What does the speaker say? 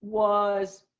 was